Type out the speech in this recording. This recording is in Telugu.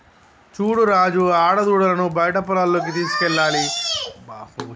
చూడు రాజు ఆడదూడలను బయట పొలాల్లోకి తీసుకువెళ్లాలి బాగా పెంచు అవి పెరిగిన తర్వాత అమ్మేసేద్దాము